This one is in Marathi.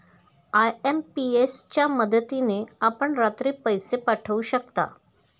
आय.एम.पी.एस च्या मदतीने आपण रात्री पैसे पाठवू शकता